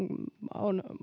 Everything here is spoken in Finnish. on